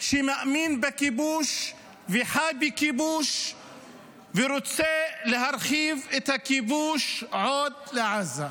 שמאמין בכיבוש וחי בכיבוש ורוצה להרחיב את הכיבוש עד לעזה.